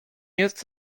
jest